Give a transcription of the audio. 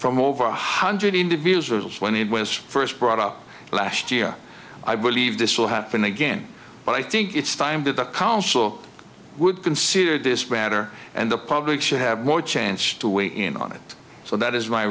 from over one hundred interviews or when it was first brought up last year i believe this will happen again but i think it's time that the council would consider this matter and the public should have more chance to weigh in on it so that is